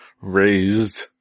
raised